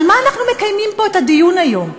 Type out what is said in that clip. על מה אנחנו מקיימים פה את הדיון היום?